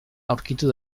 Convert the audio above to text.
aurkitu